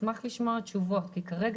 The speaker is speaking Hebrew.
אשמח לשמוע תשובות יותר מאשר